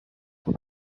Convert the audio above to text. for